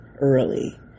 early